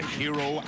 hero